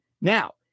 Now